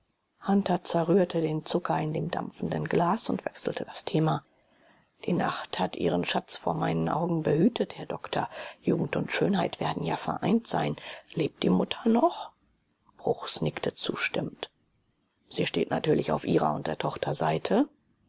hunter zerrührte den zucker in dem dampfenden glas und wechselte das thema die nacht hat ihren schatz vor meinen augen behütet herr doktor jugend und schönheit werden ja vereint sein lebt die mutter noch bruchs nickte zustimmend sie steht natürlich auf ihrer und der tochter seite